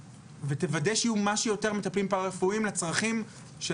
ותוודא שיהיו מה שיותר מטפלים פרא רפואיים לצרכים של